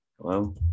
Hello